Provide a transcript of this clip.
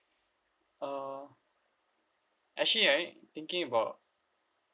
uh actually right thinking about